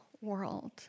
world